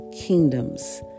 kingdoms